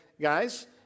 guys